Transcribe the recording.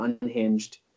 unhinged